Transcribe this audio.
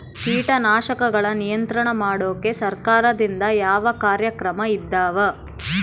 ಕೇಟನಾಶಕಗಳ ನಿಯಂತ್ರಣ ಮಾಡೋಕೆ ಸರಕಾರದಿಂದ ಯಾವ ಕಾರ್ಯಕ್ರಮ ಇದಾವ?